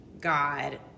God